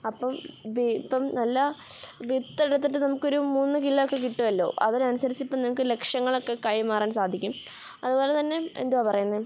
അപ്പം വി ഇപ്പം നല്ല വിത്തെടുത്തിട്ട് നമുക്കൊരു മൂന്നുകിലോയൊക്കെ കിട്ടുമല്ലൊ അതിനനുസരിച്ചിപ്പം നിങ്ങൾക്ക് ലക്ഷങ്ങളൊക്കെ കൈമാറാൻ സാധിക്കും അതുപോലെതന്നെ എന്തുവാ പറയുന്നത്